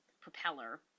propeller